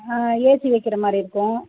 ஆ AC வைக்கிற மாதிரி இருக்கும்